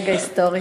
רגע היסטורי.